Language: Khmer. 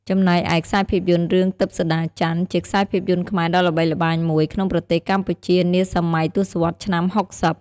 ចំណែកឯ ខ្សែភាពយន្ត រឿងទិព្វសូដាចន្ទ័ ជាខ្សែភាពយន្តខ្មែរដ៏ល្បីល្បាញមួយក្នុងប្រទេសកម្ពុជានាសម័យទសវត្សឆ្នាំ៦០។